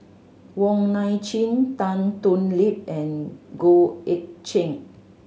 Wong Nai Chin Tan Thoon Lip and Goh Eck Kheng